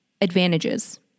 advantages